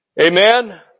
Amen